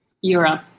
Europe